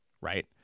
Right